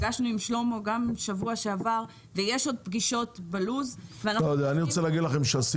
נפגשנו עם שלמה בשבוע שעבר ויש עוד פגישות בלו"ז --- זה שאתם